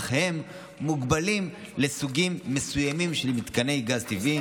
אך הם מוגבלים לסוגים מסוימים של מתקני גז טבעי,